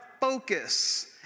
focus